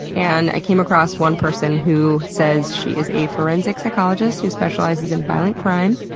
and i came across one person who says she is a forensic psychologist who specializes in violent crime.